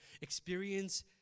experience